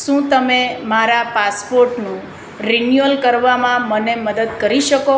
શું તમે મારા પાસપોર્ટનું રીન્યુઅલ કરવામાં મને મદદ કરી શકો